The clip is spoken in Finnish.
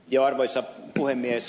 arvoisa puhemies